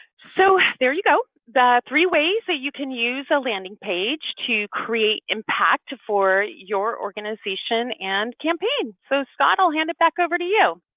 so there you go, the three ways that you can use a landing page to create impact for your organization and campaign. so scott, i'll hand it back over to you.